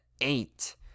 eight